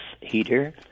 heater